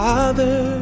Father